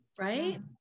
right